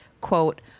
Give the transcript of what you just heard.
Quote